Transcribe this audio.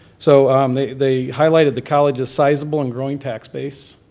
so um they they highlighted the college's sizable and growing tax base,